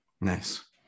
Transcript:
Nice